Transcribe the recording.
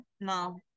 no